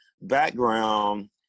background